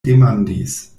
demandis